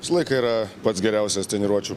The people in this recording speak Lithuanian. visą laiką yra pats geriausias treniruočių